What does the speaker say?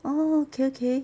orh okay okay